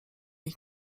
ich